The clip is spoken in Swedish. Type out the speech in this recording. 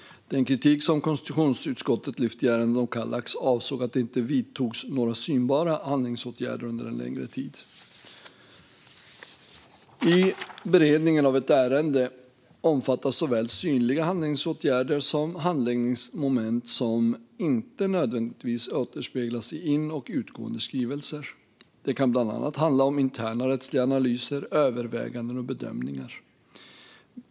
Den kritik som konstitutionsutskottet har lyft fram i ärendet om Kallak avsåg att det under en längre tid inte vidtogs några synbara handläggningsåtgärder. I beredningen av ett ärende omfattas såväl synliga handläggningsåtgärder som handläggningsmoment som inte nödvändigtvis återspeglas i in och utgående skrivelser. Det kan bland annat handla om interna rättsliga analyser, överväganden och bedömningar.